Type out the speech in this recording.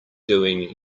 doing